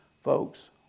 Folks